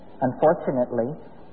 Unfortunately